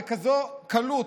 בכזאת קלות,